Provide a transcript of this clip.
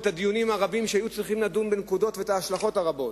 ואת הדיונים הרבים שהיו צריכים לדון בנקודות ובהשלכות הרבות.